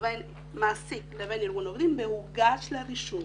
או בן מעסיק לבין ארגון עובדים ומוגש לרישום.